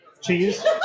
Cheese